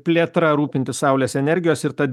plėtra rūpintis saulės energijos ir ta